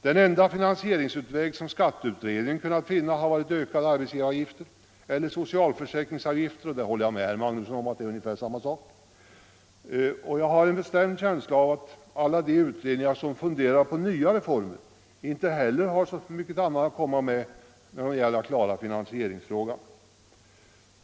Den enda finansieringsväg som skatteutredningen kunnat finna har varit ökade arbetsgivaravgifter eller socialförsäkringsavgifter, och jag håller med herr Magnusson i Borås om att det är ungefär samma sak. Jag har en bestämd känsla av att alla de utredningar som funderar på nya reformer inte heller har så mycket annat att komma med för att försöka klara finansieringsfrågan.